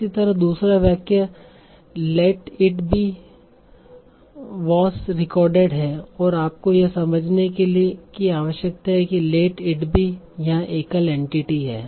इसी तरह दूसरा वाक्य let it be was recorded है और आपको यह समझने की आवश्यकता है कि लेट इट बी यहां एकल एंटिटी है